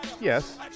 Yes